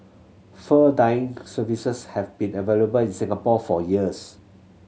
fur dyeing services have been available in Singapore for years